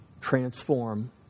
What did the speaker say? transform